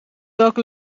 welke